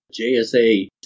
JSA